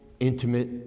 intimate